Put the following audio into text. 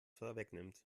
vorwegnimmt